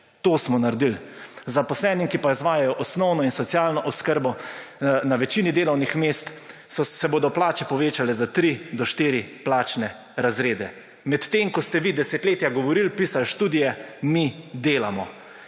To smo naredil. Zaposlenim, ki pa izvajajo osnovno in socialno oskrbo, na večini delovnih mest, se bodo plače povečale za 3 do 4 plačne razrede. Medtem, ko ste vi desetletja govoril, pisal študije, mi delamo.